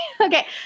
Okay